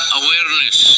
awareness